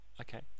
Okay